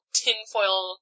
tinfoil